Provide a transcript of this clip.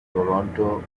toronto